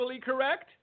correct